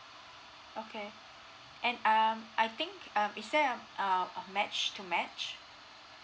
okay and um I think um is there a err a match to match